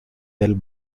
del